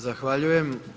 Zahvaljujem.